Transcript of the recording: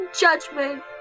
judgment